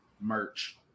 merch